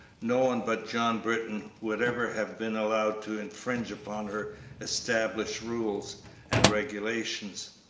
no one but john britton would ever have been allowed to infringe upon her established rules and regulations.